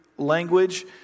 language